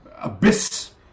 abyss